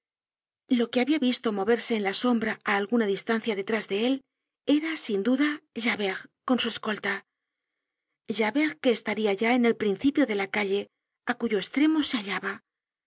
lo que habia visto moverse en la sombra á alguna distancia detrás de él era sin duda javert con su escolta javert que estaría ya en el principio de la calle á cuyo estremo se hallaba